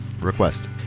Request